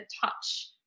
touch